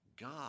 God